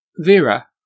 Vera